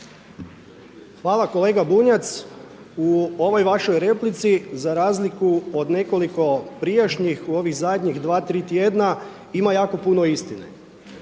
Hvala kolega Bunjac. U ovoj vašoj replici za razliku od nekoliko prijašnjih, u ovih zadnjih dva, tri tjedna ima jako puno istine,